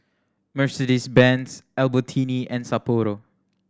Mercedes Benz Albertini and Sapporo